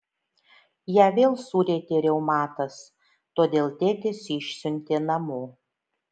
ją vėl surietė reumatas todėl tėtis išsiuntė namo